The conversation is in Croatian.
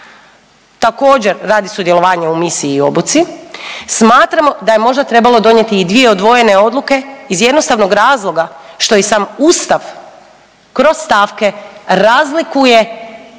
također, radi sudjelovanja u misiji i obuci, smatramo da je možda trebalo i dvije odvojene odluke iz jednostavnog razloga što i sam Ustav kroz stavke razlikuje